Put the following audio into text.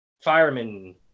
fireman